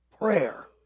Prayer